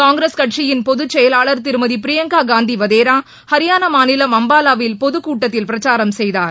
காங்கிரஸ் கட்சியின் பொதுச் செயலளார் திருமதி பிரியங்கா காந்தி வதேரா ஹரியானா மாநிலம் அம்பாலாவில் பொதுக்கூட்டத்தில் பிரச்சாரம் செய்தார்